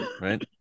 right